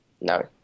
No